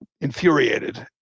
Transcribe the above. infuriated